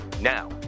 now